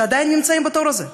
שעדיין נמצאים בתור הזה.